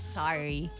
sorry